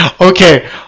Okay